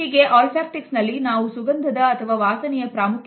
Olfactics olfactics ಎಂಬುದು ಎಂಟನೆಯ ಅಂಶ